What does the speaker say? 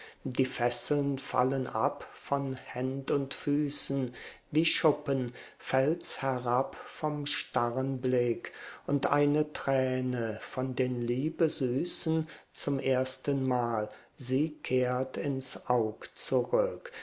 die fesseln fallen ab von händ und füßen wie schuppen fällt's herab vom starren blick und eine träne von den liebesüßen zum ersten mal sie kehrt ins aug zurück